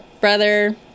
Brother